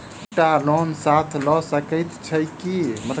दु टा लोन साथ लऽ सकैत छी की?